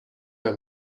are